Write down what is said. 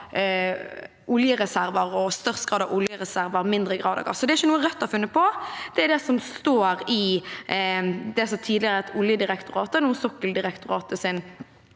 har størst grad av oljereserver og mindre grad av gass. Dette er ikke noe Rødt har funnet på, det er det som står i utredningen til det som tidligere het Oljedirektoratet, nå Sokkeldirektoratet,